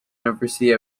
university